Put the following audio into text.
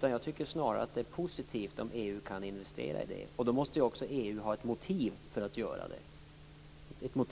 Jag tycker snarare att det är positivt om EU kan investera där, men då måste också EU ha ett motiv för detta.